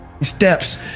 steps